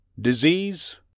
Disease